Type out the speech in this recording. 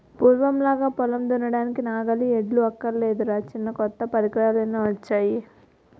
పూర్వంలాగా పొలం దున్నడానికి నాగలి, ఎడ్లు అక్కర్లేదురా చిన్నా కొత్త పరికరాలెన్నొచ్చేయో